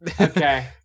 Okay